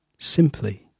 Simply